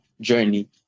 journey